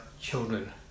children